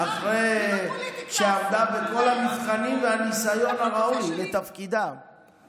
נו, היא מינוי פוליטי, מה?